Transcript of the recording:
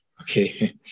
okay